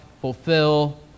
fulfill